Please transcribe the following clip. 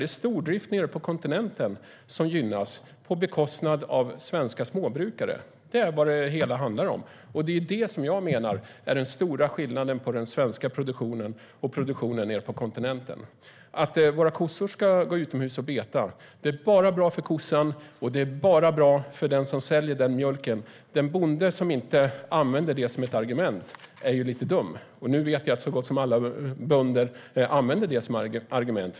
Det är stordrift nere på kontinenten som gynnas på bekostnad av svenska småbrukare. Det är vad det hela handlar om. Det är det jag menar är den stora skillnaden på den svenska produktionen och produktionen nere på kontinenten. Att våra kossor ska gå utomhus och beta är bara bra för kossan och bara bra för den som säljer den mjölken. Den bonde som inte använder det som ett argument är lite dum. Nu vet jag att så gott som alla bönder använder det som argument.